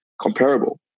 comparable